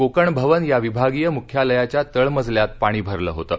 कोकण भवन या विभागीय मुख्यालयाच्या तळमजल्यात पाणी भरलं होतं